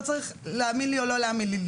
לא צריך להאמין לי או לא להאמין לי.